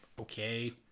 okay